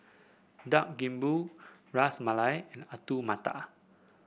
Dak Galbi Ras Malai and Alu Matar